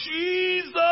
Jesus